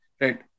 right